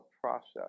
process